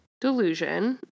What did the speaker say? delusion